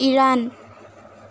Iran